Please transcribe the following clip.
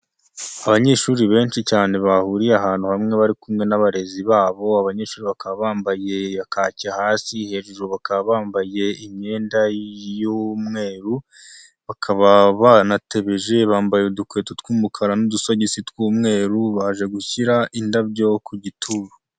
Abanyeshuri benshi cyane bahuriye ahantu hamwe bari kumwe n'abarezi babo, abanyeshuri bakaba bambaye amakaki hasi, hejuru bakaba bambaye imyenda y'umweru, bakaba banatebeje bambaye udukweto tw'umukara n'udusogisi tw'umweru, baje gushyira indabyo ku gituro.